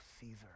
Caesar